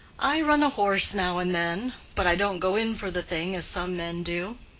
i run a horse now and then but i don't go in for the thing as some men do.